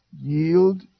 yield